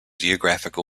geographical